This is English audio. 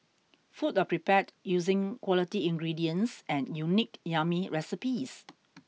food are prepared using quality ingredients and unique yummy recipes